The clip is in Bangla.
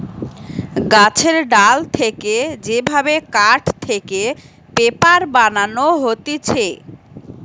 গাছের ডাল থেকে যে ভাবে কাঠ থেকে পেপার বানানো হতিছে